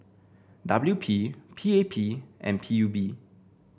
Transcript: W P P A P and P U B